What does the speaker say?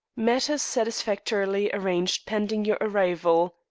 matters satisfactorily arranged pending your arrival,